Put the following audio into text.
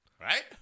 Right